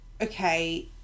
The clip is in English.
okay